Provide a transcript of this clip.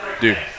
Dude